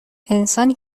انسانی